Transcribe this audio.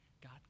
God